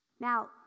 now